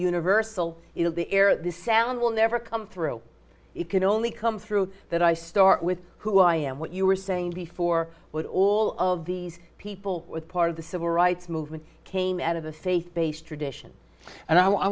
universal it of the air the sound will never come through it can only come through that i start with who i am what you were saying before with all of these people with part of the civil rights movement came out of the faith based